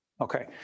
Okay